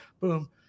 Boom